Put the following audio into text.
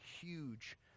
huge